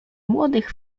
młodych